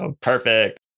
Perfect